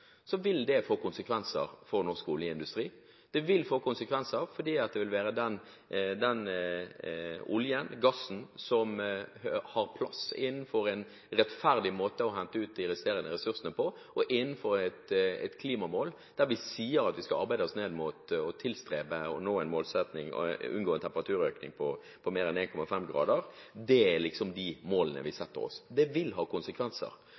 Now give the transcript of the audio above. vil det få konsekvenser for norsk oljeindustri. Det vil få konsekvenser fordi det vil være den gassen som har plass innenfor en rettferdig måte å hente ut de resterende ressursene på, og innenfor et klimamål der vi sier at vi skal tilstrebe å nå målsettingen om å unngå en temperaturøkning på mer enn 1,5 grader. Dette er de målene vi setter oss, og det vil ha konsekvenser.